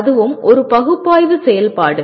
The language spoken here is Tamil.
அதுவும் ஒரு பகுப்பாய்வு செயல்பாடு